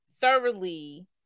thoroughly